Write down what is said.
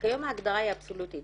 כיום ההגדרה היא אבסולוטית,